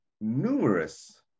numerous